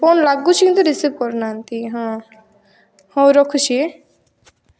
phone ଲାଗୁଛି କିନ୍ତୁ receive କରୁନାହାଁନ୍ତି ହଁ ହଉ ରଖୁଛି